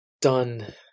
done